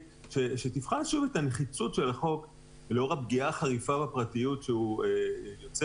שתבחן שוב את הנחיצות של החוק לאור הפגיעה החריפה בפרטיות שהוא יוצר.